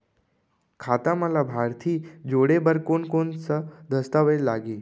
खाता म लाभार्थी जोड़े बर कोन कोन स दस्तावेज लागही?